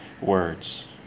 words